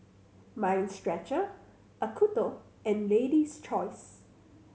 Mind Stretcher Acuto and Lady's Choice